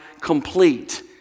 complete